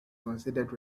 considered